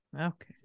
okay